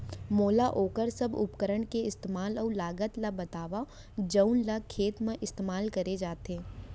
मोला वोकर सब उपकरण के इस्तेमाल अऊ लागत ल बतावव जउन ल खेत म इस्तेमाल करे जाथे?